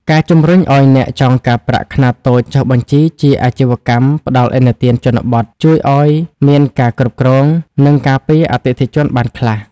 ការជំរុញឱ្យអ្នកចងការប្រាក់ខ្នាតតូចចុះបញ្ជីជា "អាជីវកម្មផ្ដល់ឥណទានជនបទ" ជួយឱ្យមានការគ្រប់គ្រង និងការពារអតិថិជនបានខ្លះ។